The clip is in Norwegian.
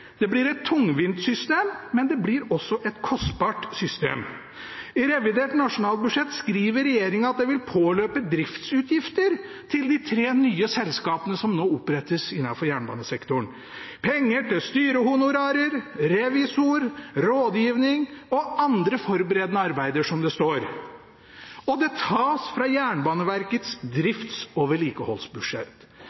Det blir et tungvint system, men det blir også et kostbart system. I revidert nasjonalbudsjett skriver regjeringen at det vil påløpe driftsutgifter til de tre nye selskapene som nå opprettes innenfor jernbanesektoren – penger til styrehonorarer, revisor, rådgivning og andre forberedende arbeider, som det står. Det tas fra Jernbaneverkets